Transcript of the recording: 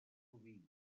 rubí